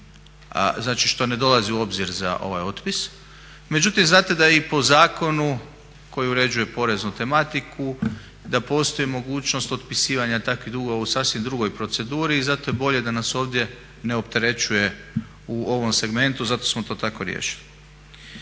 znači što ne dolazi u obzira za ovaj otpis, međutim znate da je i po zakonu koji uređuje poreznu tematiku da postoji mogućnost otpisivanja takvih dugova u sasvim drugoj proceduri i zato je bolje da nas ovdje ne opterećuje u ovom segmentu zato smo to tako riješili.